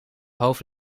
hoofd